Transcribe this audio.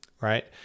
right